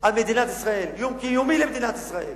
על מדינת ישראל, איום קיומי על מדינת ישראל.